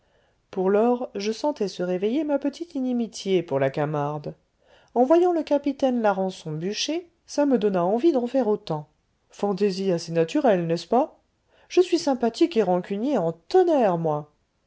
pour lors je sentais se réveiller ma petite inimitié pour la camarde en voyant le capitaine larençon bûcher ça me donna envie d'en faire autant fantaisie assez naturelle n'est-ce pas je suis sympathique et rancunier en tonnerre moi